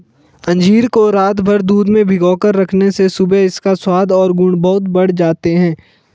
अंजीर को रातभर दूध में भिगोकर रखने से सुबह इसका स्वाद और गुण बहुत बढ़ जाते हैं